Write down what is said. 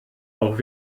auch